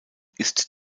ist